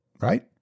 right